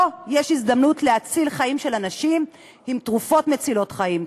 פה יש הזדמנות להציל חיים של אנשים עם תרופות מצילות חיים.